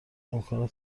امکان